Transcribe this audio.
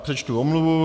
Přečtu omluvu.